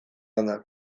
onak